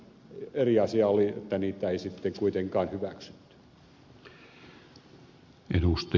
eri asia oli että niitä ei sitten kuitenkaan hyväksytty